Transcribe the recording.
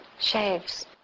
shaves